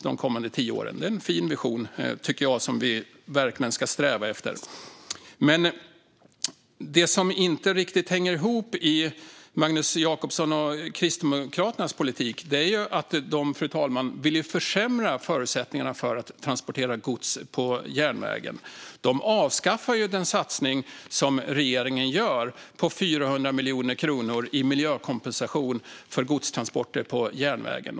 Det är en fin vision som vi verkligen ska sträva efter att förverkliga. Fru talman! Det som inte riktigt hänger ihop i Magnus Jacobssons och Kristdemokraternas politik är att de vill försämra förutsättningarna för att transportera gods på järnvägen. De avskaffar den satsning som regeringen gör på 400 miljoner kronor i miljökompensation för godstransporter på järnväg.